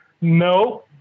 No